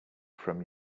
from